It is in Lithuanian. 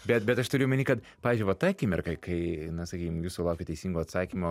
bet bet aš turiu omeny kad pavyzdžiui va ta akimirka kai na sakykim jūs sulaukėt teisingo atsakymo